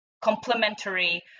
complementary